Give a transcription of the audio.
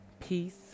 peace